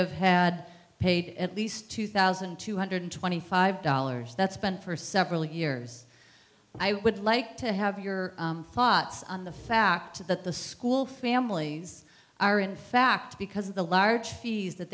have had paid at least two thousand two hundred twenty five dollars that's been for several years i would like to have your thoughts on the fact that the school families are in fact because of the large fees that